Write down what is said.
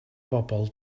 bobol